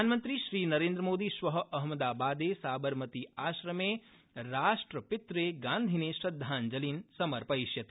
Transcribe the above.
प्रधानमन्त्री श्रीनरेन्द्रमोदी श्व अहमदाबादे साबरमती आश्रमे राष्ट्रपित्रे गान्धिने श्रद्धांजलीन् समर्पयिष्यति